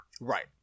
Right